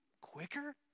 quicker